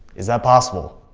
is that possible?